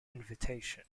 invitation